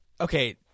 Okay